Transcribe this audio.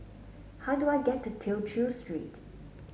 how do I get to Tew Chew Street